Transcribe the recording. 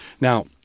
Now